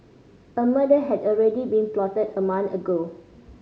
a murder had already been plotted a month ago